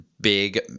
big